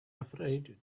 afraid